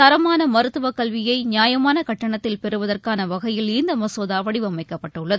தரமானமருத்துவகல்வியைநியாயமானகட்டணத்தில் பெறுவதற்கானவகையில் இந்தமசோதாவடிவமைக்கப்பட்டுள்ளது